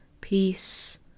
peace